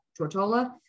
Tortola